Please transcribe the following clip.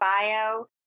bio